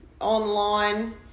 online